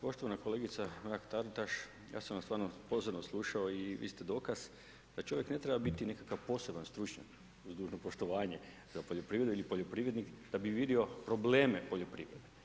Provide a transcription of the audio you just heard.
Poštovana kolegica Mrak-Taritaš, ja sam vas stvarno pozorno slušao i vi ste dokaz da čovjek ne treba biti nekakav poseban stručnjak, uz dužno poštovanje, za poljoprivredu ili poljoprivrednik da bi vidio probleme poljoprivrede.